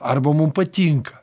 arba mum patinka